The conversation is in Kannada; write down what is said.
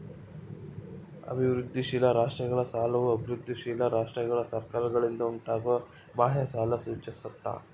ಅಭಿವೃದ್ಧಿಶೀಲ ರಾಷ್ಟ್ರಗಳ ಸಾಲವು ಅಭಿವೃದ್ಧಿಶೀಲ ರಾಷ್ಟ್ರಗಳ ಸರ್ಕಾರಗಳಿಂದ ಉಂಟಾಗುವ ಬಾಹ್ಯ ಸಾಲ ಸೂಚಿಸ್ತದ